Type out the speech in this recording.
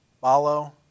Follow